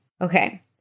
Okay